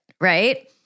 Right